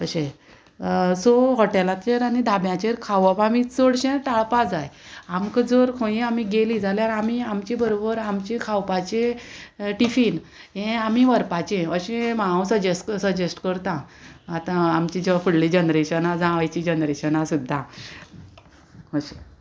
अशें सो हॉटेलाचेर आनी धांब्याचेर खावप आमी चडशें टाळपा जाय आमकां जर खंयी आमी गेलीं जाल्यार आमी आमचे बरोबर आमचे खावपाचे टिफीन हे आमी व्हरपाचे अशें हांव सजेस्ट सजेस्ट करतां आतां आमचे ज्यो फुडली जनरेशना जावं आयचीं जनरेशना सुद्दां अशें